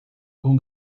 com